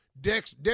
Dex